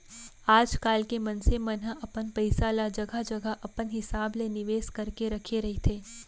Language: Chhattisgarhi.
आजकल के मनसे मन ह अपन पइसा ल जघा जघा अपन हिसाब ले निवेस करके रखे रहिथे